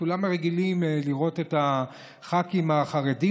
כולם רגילים לראות את הח"כים החרדים,